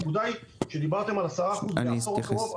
דיברתם על 10% בעשור הקרוב.